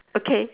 okay